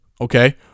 Okay